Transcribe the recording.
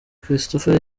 christopher